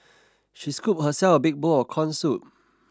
she scooped herself a big bowl of corn soup